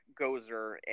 Gozer